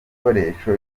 gikoresho